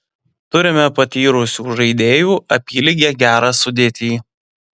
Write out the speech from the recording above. turime patyrusių žaidėjų apylygę gerą sudėtį